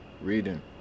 reading